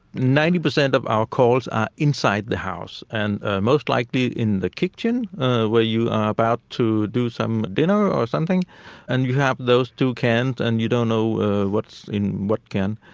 ninety per cent of our calls are inside the house and most likely in the kitchen where you are about to do some dinner or something and you have those two cans and you don't know what's in what can.